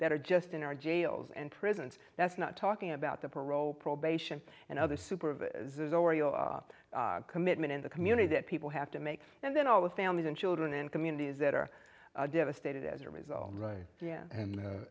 that are just in our jails and prisons that's not talking about the parole probation and other super commitment in the community that people have to make and then all the families and children and communities that are devastated as a result right y